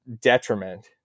detriment